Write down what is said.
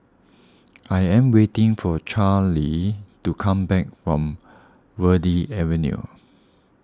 I am waiting for Charlee to come back from Verde Avenue